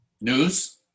News